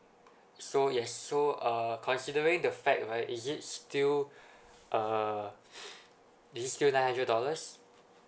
so yes so uh considering the fact right is it still uh is it still nine hundred dollars